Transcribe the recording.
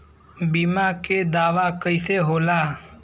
बीमा के दावा कईसे होला?